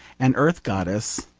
an earth goddess,